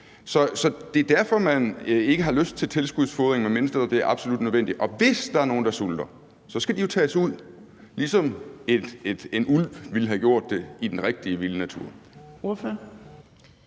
Så det er derfor, man ikke har lyst til at give tilskudsfodring, medmindre det er absolut nødvendigt. Og hvis der er nogen, der sulter, skal de jo tages ud, ligesom en ulv ville have gjort det i den rigtige vilde natur. Kl.